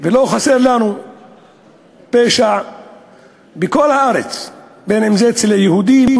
ולא חסר לנו פשע בכל הארץ, אם אצל היהודים